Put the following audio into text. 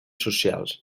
socials